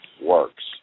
works